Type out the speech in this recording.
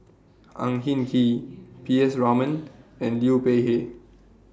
Ang Hin Kee P S Raman and Liu Peihe